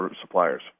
suppliers